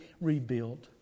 rebuilt